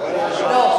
לא.